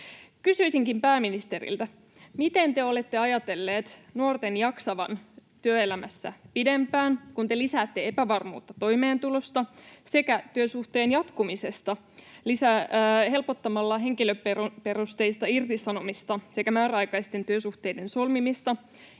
Kysyisinkin pääministeriltä: Miten te olette ajatelleet nuorten jaksavan työelämässä pidempään, kun te lisäätte epävarmuutta toimeentulosta sekä työsuhteen jatkumisesta helpottamalla henkilöperusteista irtisanomista sekä määräaikaisten työsuhteiden solmimista